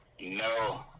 No